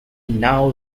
now